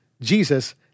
Jesus